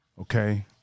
Okay